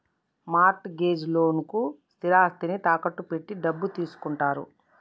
mart gauge లోన్లకు స్థిరాస్తిని తాకట్టు పెట్టి డబ్బు తీసుకుంటారు